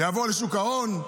זה יעבור לשוק ההון,